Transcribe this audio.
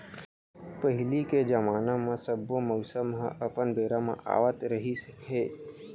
पहिली के जमाना म सब्बो मउसम ह अपन बेरा म आवत रिहिस हे